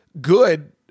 good